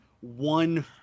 one